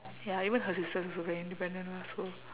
ya even her sisters also very independent lah so